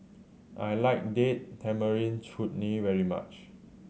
I like Date Tamarind Chutney very much